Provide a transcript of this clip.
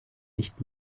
nicht